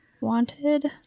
wanted